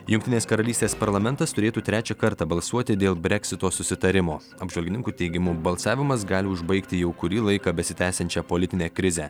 jungtinės karalystės parlamentas turėtų trečią kartą balsuoti dėl breksito susitarimo apžvalgininkų teigimu balsavimas gali užbaigti jau kurį laiką besitęsiančią politinę krizę